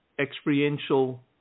experiential